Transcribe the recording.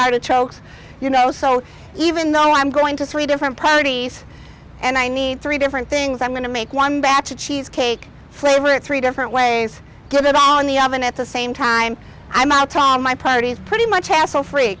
artichokes you know so even though i'm going to three different properties and i need three different things i'm going to make one batch of cheesecake flavor three different ways give it all in the oven at the same time i'm out on my priorities pretty much hassle free